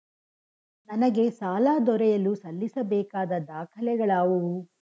ನನಗೆ ಸಾಲ ದೊರೆಯಲು ಸಲ್ಲಿಸಬೇಕಾದ ದಾಖಲೆಗಳಾವವು?